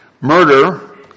Murder